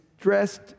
dressed